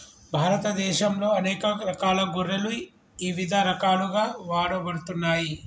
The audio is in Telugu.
భారతదేశంలో అనేక రకాల గొర్రెలు ఇవిధ రకాలుగా వాడబడుతున్నాయి